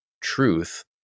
truth